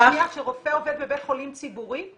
כשרופא עובד בבית חולים ציבורי,